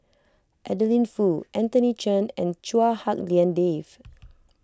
Adeline Foo Anthony Chen and Chua Hak Lien Dave